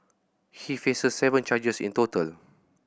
he faces seven charges in total